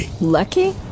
Lucky